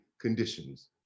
conditions